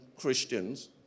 Christians